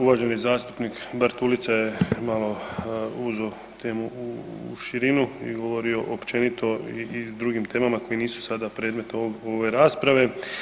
Uvaženi zastupnik Bartulica je malo uzeo temu u širinu i govorio općenito o drugim temama koje nisu sada predmet ove rasprave.